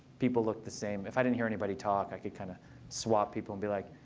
people look the same. if i didn't hear anybody talk, i could kind of swap people and be like,